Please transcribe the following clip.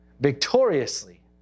Victoriously